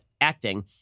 acting